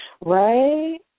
Right